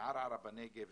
בערערה בנגב